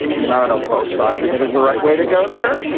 i mean, i don't know both sides and it is the right way to go there.